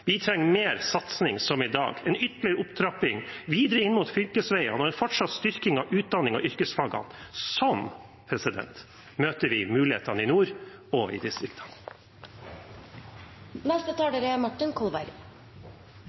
Vi trenger mer satsing som i dag, en ytterligere opptrapping videre inn mot fylkesveiene og en fortsatt styrking av utdanning og yrkesfagene. Sånn møter vi mulighetene i nord og i distriktene.